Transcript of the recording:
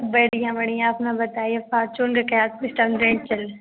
सब बढ़िया बढ़िया अपना बताइए फरचूँड़ कैसे